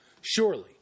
surely